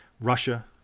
Russia